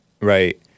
right